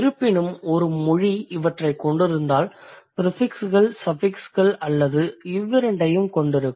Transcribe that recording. இருப்பினும் ஒரு மொழி இவற்றைக் கொண்டிருந்தால் ப்ரிஃபிக்ஸ்கள் சஃபிக்ஸ்கள் அல்லது இவ்விரண்டையும் கொண்டிருக்கும்